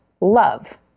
love